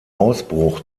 ausbruch